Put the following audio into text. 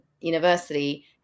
university